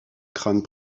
crâne